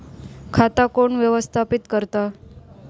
खाता कोण व्यवस्थापित करता?